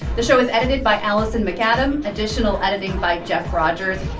the show was edited by alison macadam, additional editing by jeff rogers.